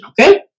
Okay